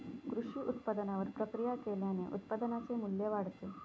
कृषी उत्पादनावर प्रक्रिया केल्याने उत्पादनाचे मू्ल्य वाढते